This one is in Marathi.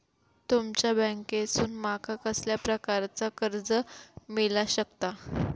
तुमच्या बँकेसून माका कसल्या प्रकारचा कर्ज मिला शकता?